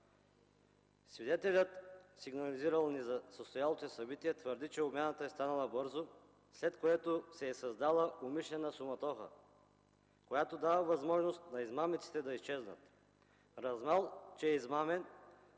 Свидетелят, сигнализирал ни за състоялото се събитие, твърди, че обмяната е станала бързо, след което се е създала умишлена суматоха, която дава възможност на измамниците да изчезнат. Разбрал, че е измамен,